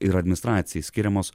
ir administracijai skiriamos